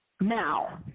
Now